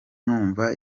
numva